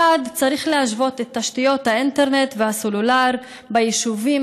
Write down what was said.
1. צריך להשוות את תשתיות האינטרנט והסלולר ביישובים